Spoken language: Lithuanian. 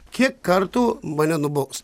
kiek kartų mane nubaus